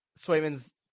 Swayman's